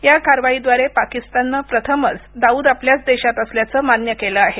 या कारवाईद्वारे पाकिस्ताननं प्रथमच दाऊद आपल्याच देशात असल्याचं मान्य केलं आहे